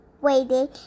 waiting